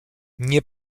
nie